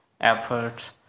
efforts